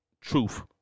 truth